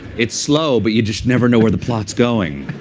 it's slow, but you just never know where the plot's going.